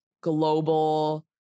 global